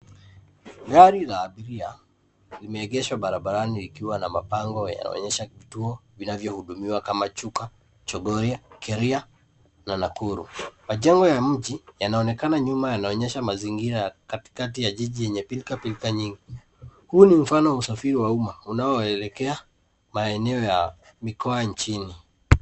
Gari la abiria imeegeshwa barabarani ikiwa na mabango yanayoonyesha kituo vinavyohudumiwa kama Chuka, Chogoria, Kiria na Nakuru. Majengo ya mji yanaonekana nyuma yanaonyesha mazingira ya katikati ya jiji yenye pilkapilka nyingi. Huu ni mfano wa usafiri wa umma unaoelekea maeneo ya mikoa nchini.